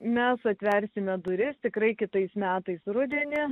mes atversime duris tikrai kitais metais rudenį